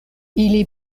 ili